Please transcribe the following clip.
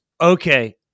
okay